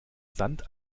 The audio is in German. sand